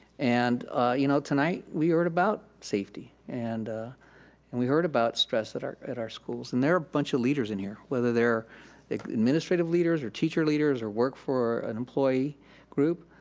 and you know, tonight, we heard about safety. and ah and we heard about stress at our at our schools. and there are a bunch of leaders in here, whether they're administrative leaders or teacher leaders or work for an employee group.